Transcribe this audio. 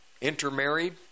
intermarried